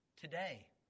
Today